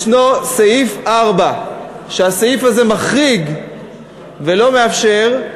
ישנו סעיף 4, והסעיף הזה מחריג ולא מאפשר,